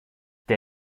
der